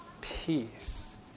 peace